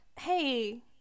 Hey